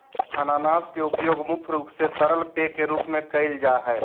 अनानास के उपयोग मुख्य रूप से तरल पेय के रूप में कईल जा हइ